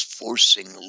forcing